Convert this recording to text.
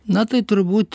na tai turbūt